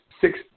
six